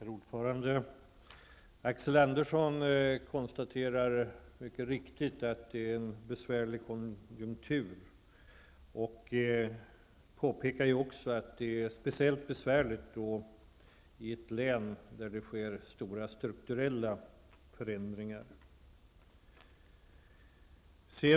Herr talman! Axel Andersson konstaterar mycket riktigt att vi har en besvärlig konjunktur, och han påpekar också att det är speciellt besvärligt i ett län där det sker stora strukturella förändringar.